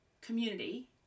community